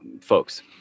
folks